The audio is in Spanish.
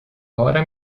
ahora